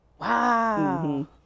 Wow